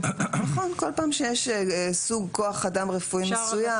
כול פעם שיש סוג כוח אדם רפואי מסוים,